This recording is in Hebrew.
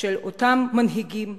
של אותם מנהיגים,